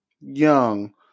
young